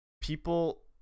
People